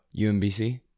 UMBC